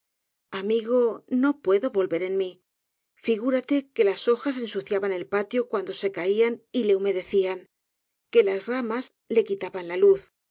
amigo no puedo volver en mí figúrate que las hojas ensuciaban el patio cuando se caían y le humedecían que las raims le quitaban la luz